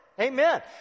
amen